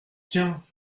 tiens